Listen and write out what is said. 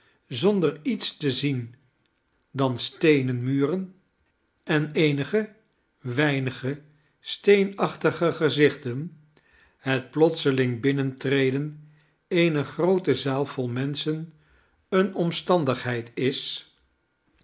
zonder iets te zien dan steenen muren en eenige weinige steenachtige gezichten het plotseling binnentreden eener groote zaal vol menschen eene omstandigheid is